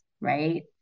right